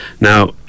Now